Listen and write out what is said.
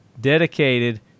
dedicated